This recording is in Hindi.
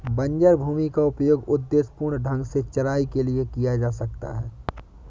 बंजर भूमि का उपयोग उद्देश्यपूर्ण ढंग से चराई के लिए किया जा सकता है